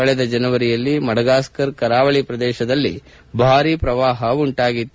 ಕಳೆದ ಜನವರಿಯಲ್ಲಿ ಮಡಗಾಸ್ಕರ್ ಕರಾವಳಿ ಪ್ರದೇಶದಲ್ಲಿ ಭಾರಿ ಪ್ರವಾಹ ಉಂಟಾಗಿತ್ತು